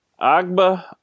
Agba